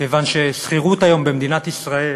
כיוון שהיום שכירות במדינת ישראל